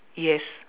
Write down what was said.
yes